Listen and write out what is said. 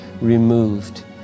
removed